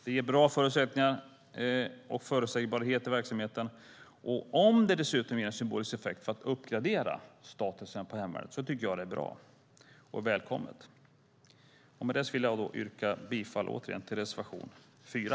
Det ger bra förutsättningar och förutsägbarhet i verksamheten, och om det dessutom ger en symbolisk effekt för att uppgradera hemvärnets status så är det bara bra och välkommet. Med detta yrkar jag återigen bifall till reservation 4.